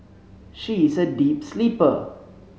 she is a deep sleeper